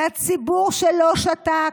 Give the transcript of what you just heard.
לציבור שלא שתק,